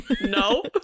no